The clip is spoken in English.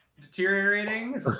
deteriorating